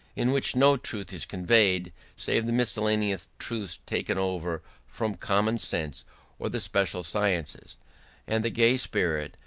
in which no truth is conveyed save the miscellaneous truths taken over from common sense or the special sciences and the gay spirit,